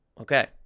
okay